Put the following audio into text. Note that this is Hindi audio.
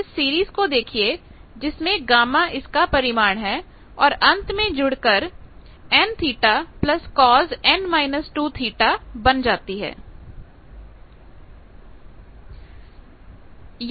आप इस सीरीज को देखिए जिसमें Γ इसका परिमाण है और यह अंत में जुड़ कर NθcosN−2 θ बन जाती है